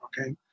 okay